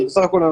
בסך הכול,